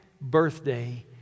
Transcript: birthday